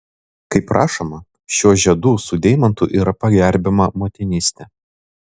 kaip rašoma šiuo žiedu su deimantu yra pagerbiama motinystė